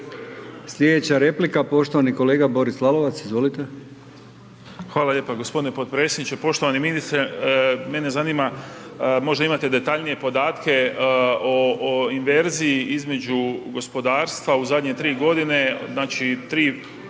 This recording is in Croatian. Sljedeća replika poštovani kolega Boris Lalovac. Izvolite. **Lalovac, Boris (SDP)** Hvala lijepa gospodine potpredsjedniče. Poštovani ministre, mene zanima, možda imate detaljnije podatke o inverziji između gospodarstva u zadnje 3 godine, znači 3,5,